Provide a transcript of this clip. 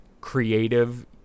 creative